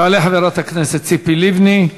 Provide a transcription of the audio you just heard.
תעלה חברת הכנסת ציפי לבני,